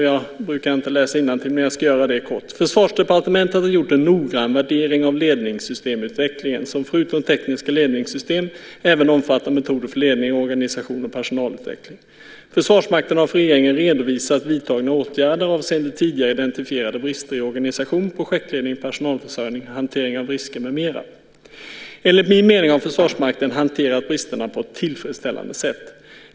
Jag brukar inte läsa innantill, men jag ska göra det kort: "Försvarsdepartementet har gjort en noggrann värdering av ledningssystemutvecklingen, som förutom tekniska ledningssystem även omfattar metoder för ledning, organisation och personalutveckling. Försvarsmakten har för regeringen redovisat vidtagna åtgärder avseende tidigare identifierade brister i organisation, projektledning, personalförsörjning, hantering av risker med mera. Enligt min mening har Försvarsmakten hanterat bristerna på ett tillfredsställande sätt.